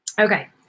Okay